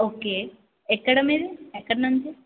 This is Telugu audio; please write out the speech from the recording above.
ఓకే ఎక్కడ మీది ఎక్కడ నుంచి